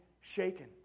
shaken